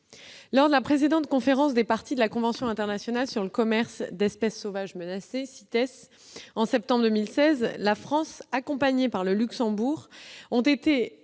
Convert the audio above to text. Lors de la précédente conférence des parties de la Convention internationale sur le commerce d'espèces sauvages menacées d'extinction, la CITES, en septembre 2016, la France et le Luxembourg ont été